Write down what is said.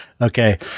okay